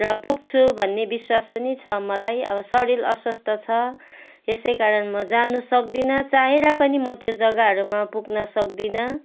र पुग्छु भन्ने विश्वास पनि छ मलाई अब शरीर अस्वस्थ छ यसै कारण म जानु सक्दिनँ चाहेर पनि म त्यो जग्गाहरूमा पुग्न सक्दिनँ